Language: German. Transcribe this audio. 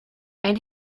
ein